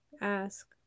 ask